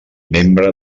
membre